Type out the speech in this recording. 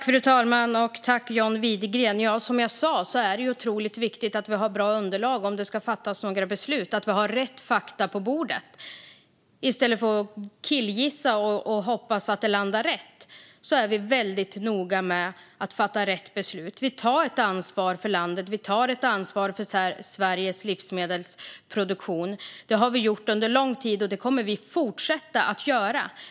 Fru talman! Som jag sa är det otroligt viktigt att vi har bra underlag och rätt fakta på bordet när det ska fattas beslut. I stället för att killgissa och hoppas att det landar rätt är vi väldigt noga med att fatta rätt beslut. Vi tar ett ansvar för landet, och vi tar ett ansvar för Sveriges livsmedelsproduktion. Det har vi gjort under lång tid, och det kommer vi att fortsätta göra.